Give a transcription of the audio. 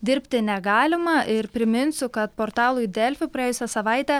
dirbti negalima ir priminsiu kad portalui delfi praėjusią savaitę